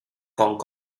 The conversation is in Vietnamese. còn